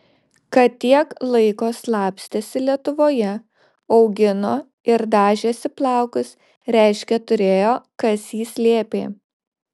kad tiek laiko slapstėsi lietuvoje augino ir dažėsi plaukus reiškia turėjo kas jį slėpė